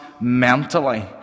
mentally